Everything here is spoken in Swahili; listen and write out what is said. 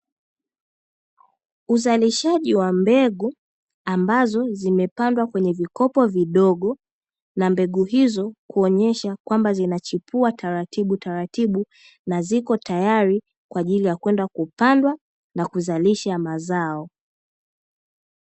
Uzalishaji wa mbegu ambazo zimepandwa kwenye vikopo vidogo na mbegu hizo kuonyesha kwamba zinachipua taratibu taratibu na ziko tayari kwa ajili ya kwenda kupandwa na kuzalisha mazao.